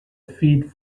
feed